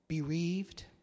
bereaved